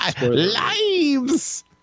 lives